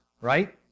right